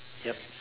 yup